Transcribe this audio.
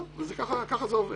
זהו, ככה זה עובד.